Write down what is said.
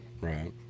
Right